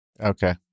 Okay